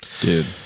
Dude